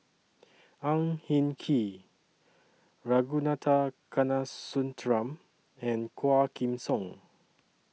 Ang Hin Kee Ragunathar Kanagasuntheram and Quah Kim Song